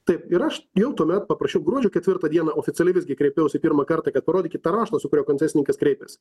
taip ir aš jau tuomet paprašiau gruodžio ketvirtą dieną oficialiai visgi kreipiausi pirmą kartą kad parodykit tą raštą su kuriuo koncesininkas kreipėsi